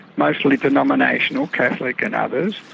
mostly denominational, catholic and others,